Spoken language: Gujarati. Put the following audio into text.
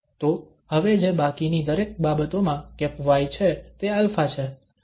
તો હવે જે બાકીની દરેક બાબતોમાં y છે તે α છે